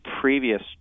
previous